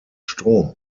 strom